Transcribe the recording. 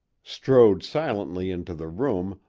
strode silently into the room,